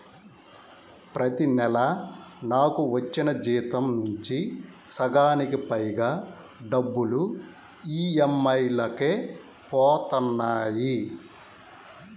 ప్రతి నెలా నాకు వచ్చిన జీతం నుంచి సగానికి పైగా డబ్బులు ఈ.ఎం.ఐ లకే పోతన్నాయి